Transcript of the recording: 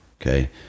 okay